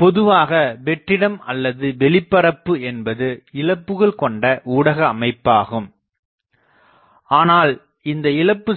பொதுவாக வெற்றிடம் அல்லது வெளி பரப்பு என்பது இழப்புகள் கொண்ட ஊடக அமைப்பாகும் ஆனால் இந்த இழப்பு